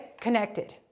connected